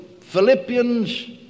Philippians